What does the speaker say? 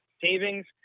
savings